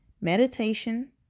meditation